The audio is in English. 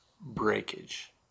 breakage